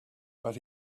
but